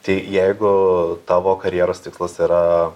tai jeigu tavo karjeros tikslas yra